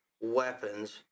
weapons